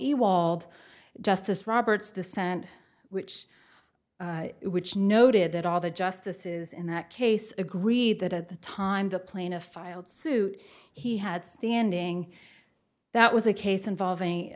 wald justice roberts dissent which it which noted that all the justices in that case agreed that at the time the plaintiff filed suit he had standing that was a case involving